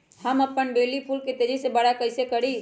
हम अपन बेली फुल के तेज़ी से बरा कईसे करी?